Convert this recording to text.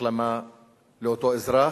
החלמה לאותו אזרח,